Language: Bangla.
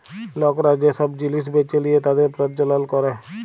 লকরা যে সব জিলিস বেঁচে লিয়ে তাদের প্রজ্বলল ক্যরে